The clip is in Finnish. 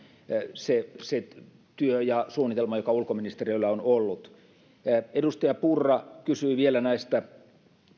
se se työ ja suunnitelma joka ulkoministeriöllä on ollut on merkitty siellä pöytäkirjaan edustaja purra kysyi vielä näistä